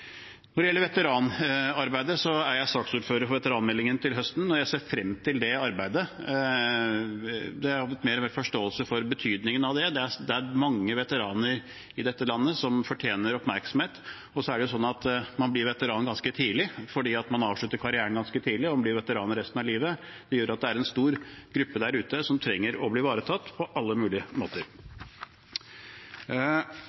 Når det gjelder veteranarbeidet, er jeg saksordfører for veteranmeldingen til høsten, og jeg ser frem til det arbeidet. Jeg har fått mer og mer forståelse for betydningen av det. Det er mange veteraner i dette landet som fortjener oppmerksomhet, og så er det sånn at man blir veteran ganske tidlig fordi man avslutter karrieren ganske tidlig og blir veteran resten av livet. Det gjør at det er en stor gruppe der ute som trenger å bli ivaretatt på alle mulige måter.